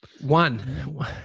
One